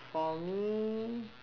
for me